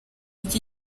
iki